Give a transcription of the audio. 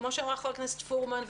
אורלי פרומן,